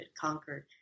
conquered